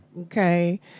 Okay